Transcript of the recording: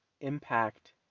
impact